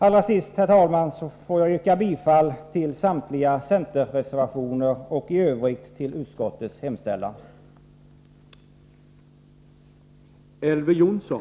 Allra sist, herr talman, yrkar jag bifall till samtliga centerreservationer och i övrigt bifall till utskottets hemställan.